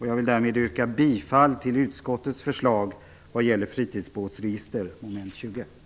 Jag vill därmed yrka bifall till utskottets förslag vad gäller fritidsbåtsregister i mom. 20.